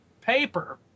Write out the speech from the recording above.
paper